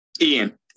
Ian